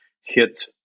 hit